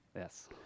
Yes